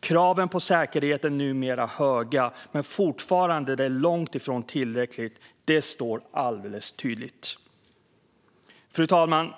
Kraven på säkerhet är numera höga, men det är fortfarande långt från tillräckligt. Det står alldeles klart. Fru talman!